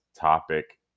topic